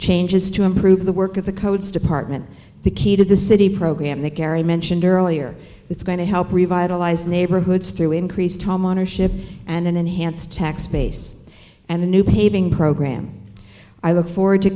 changes to improve the work of the code's department the key to the city program that gary mentioned earlier it's going to help revitalize neighborhoods through increased homeownership and an enhanced tax base and a new paving program i look forward to